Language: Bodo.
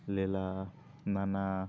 लेला नाना